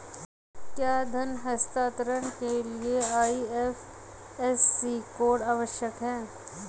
क्या धन हस्तांतरण के लिए आई.एफ.एस.सी कोड आवश्यक है?